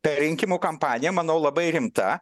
ta rinkimų kampanija manau labai rimta